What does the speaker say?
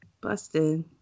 Busted